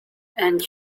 and